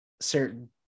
certain